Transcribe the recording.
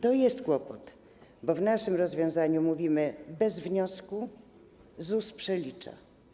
To jest kłopot, bo w naszym rozwiązaniu mówimy: bez wniosku ZUS przelicza.